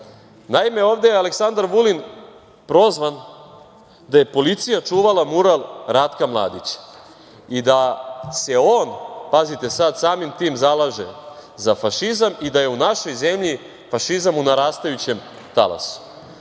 Naime, ovde je Aleksandar Vulin prozvan da je policija čuvala mural Ratka Mladića i da se on, pazite sad, samim tim zalaže za fašizam i da je u našoj zemlji fašizam u narastajućem talasu. To